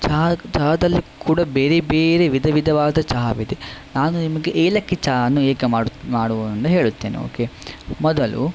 ಚಹಾ ಚಹಾದಲ್ಲಿ ಕೂಡ ಬೇರೆ ಬೇರೆ ವಿಧ ವಿಧವಾದ ಚಹಾವಿದೆ ನಾನು ನಿಮಗೆ ಏಲಕ್ಕಿ ಚಹಾಅನ್ನು ಹೇಗೆ ಮಾಡು ಮಾಡುವನ್ನು ಹೇಳುತ್ತೇನೆ ಓಕೆ ಮೊದಲು